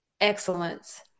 excellence